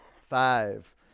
Five